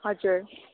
हजुर